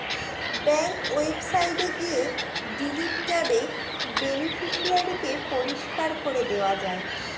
bank ওয়েবসাইটে গিয়ে delete ট্যাবে বেনিফিশিয়ারি কে পরিষ্কার করে দেওয়া যায়